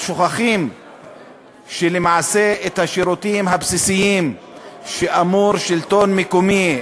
אבל שוכחים שלמעשה את השירותים הבסיסיים ששלטון מקומי,